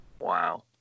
Wow